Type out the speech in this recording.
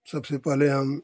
सबसे पहले हम